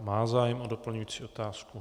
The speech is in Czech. Má zájem o doplňující otázku.